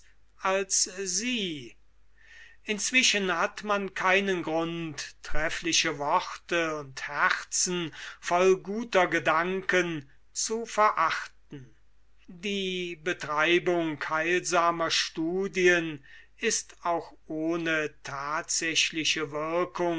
als sie inzwischen hat man keinen grund treffliche worte und herzen voll guter gedanken zu verachten die betreibung heilsamer studien ist auch ohne thatsächliche wirkung